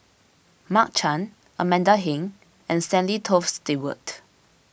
Mark Chan Amanda Heng and Stanley Toft Stewart